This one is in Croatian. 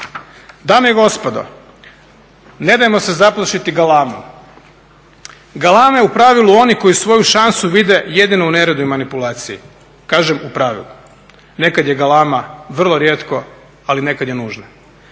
Dame i gospodo, ne dajmo se zaplašiti galamom. Galame u pravilu oni koji svoju šansu vide jedino u neredu i manipulaciji. Kažem u pravilu. Nekad je galama vrlo rijetko, ali nekad je nužna.